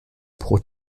pro